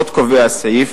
עוד קובע הסעיף